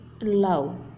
love